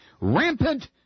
Rampant